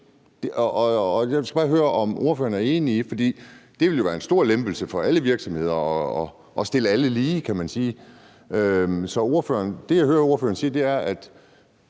Jeg skal bare høre, om ordføreren er enig i det, for det ville jo være en stor lempelse for alle virksomheder i forhold til at stille alle lige, kan man sige. Det, jeg hører ordføreren sige, er,